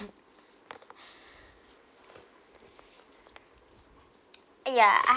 yeah I